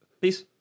Peace